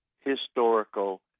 historical